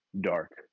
dark